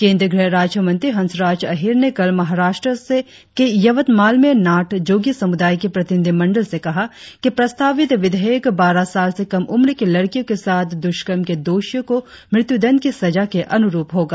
केंद्रीय गृह राज्यमंत्री हंसराज अहीर ने कल महाराष्ट्र के यवतमाल में नाथजोगी समुदाय के प्रतिनिधिमंडल से कहा कि प्रस्तावित विधेयक बारह साल से कम उम्र की लड़कियों के साथ दुष्कर्म के दोषियों को मृत्युदंड की सजा के अनुरुप होगा